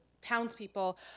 townspeople